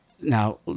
Now